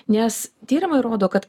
nes tyrimai rodo kad